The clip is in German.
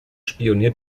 spioniert